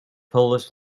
polish